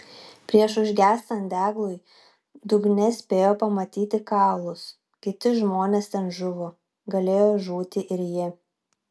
prieš užgęstant deglui dugne spėjo pamatyti kaulus kiti žmonės ten žuvo galėjo žūti ir ji